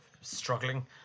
struggling